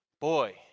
Boy